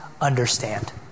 understand